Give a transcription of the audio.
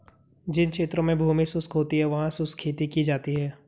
जिन क्षेत्रों में भूमि शुष्क होती है वहां शुष्क खेती की जाती है